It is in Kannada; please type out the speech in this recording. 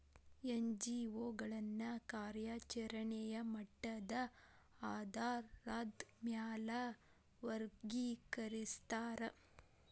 ಎನ್.ಜಿ.ಒ ಗಳನ್ನ ಕಾರ್ಯಚರೆಣೆಯ ಮಟ್ಟದ ಆಧಾರಾದ್ ಮ್ಯಾಲೆ ವರ್ಗಿಕರಸ್ತಾರ